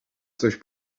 coś